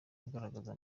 ugaragaza